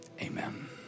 Amen